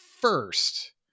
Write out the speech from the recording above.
first